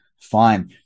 Fine